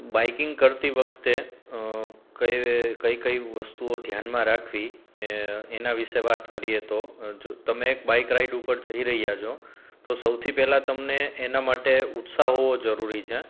biking કરતી વખતે કઈ કઈ વસ્તુઓ ધ્યાનમાં રાખવી એ એના વિષે વાત કરીએ તો જો તમે એક બાઇક રાઈડ ઉપર જઈ રહ્યા છો તો સૌથી પહેલાં તમને એના માટે ઉત્સાહ હોવો જરૂરી છે